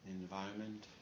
environment